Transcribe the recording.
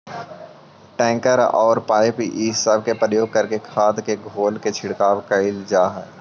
tanker औउर pipe इ सब के प्रयोग करके खाद के घोल के छिड़काव कईल जा हई